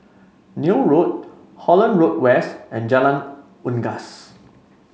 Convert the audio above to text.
Neil Road Holland Road West and Jalan Unggas